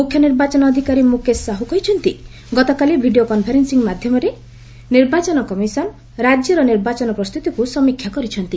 ମୁଖ୍ୟ ନିର୍ବାଚନ ଅଧିକାରୀ ମୁକେଶ ସାହୁ କହିଛନ୍ତି ଗତକାଲି ଭିଡିଓ କନ୍ଫରେନ୍ସିଂ ମାଧ୍ୟମରେ ନିର୍ବାଚନ କମିଶନ ରାଜ୍ୟର ନିର୍ବାଚନ ପ୍ରସ୍ତୁତିକୁ ସମୀକ୍ଷା କରିଛନ୍ତି